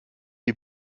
die